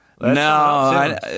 No